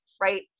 right